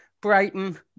brighton